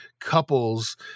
couples